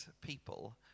people